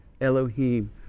Elohim